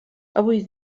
avui